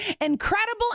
incredible